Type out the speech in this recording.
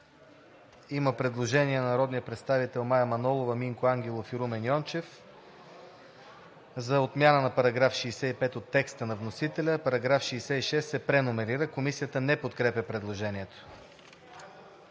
Има предложение на народните представители Мая Манолова, Минко Ангелов и Румен Йончев за отмяна на § 65 от текста на вносителя, а § 66 се преномерира. Комисията не подкрепя предложението.